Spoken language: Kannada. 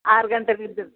ಆರು ಗಂಟೆಗೆ ಇರ್ತೀರಿ